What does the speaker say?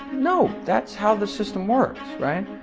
no, that's how the system works, right?